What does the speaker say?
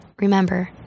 Remember